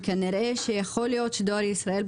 וכנראה שדואר ישראל,